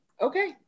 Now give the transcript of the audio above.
okay